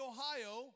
Ohio